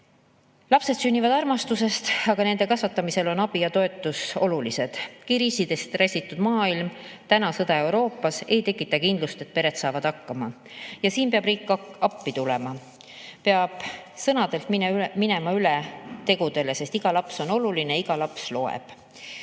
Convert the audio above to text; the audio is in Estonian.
Lapsed sünnivad armastusest, aga nende kasvatamisel on abi ja toetus olulised. Kriisidest räsitud maailm ja sõda Euroopas ei tekita kindlust, et pered saavad hakkama, ja siin peab riik appi tulema. Peab sõnadelt minema üle tegudele, sest iga laps on oluline, iga laps loeb.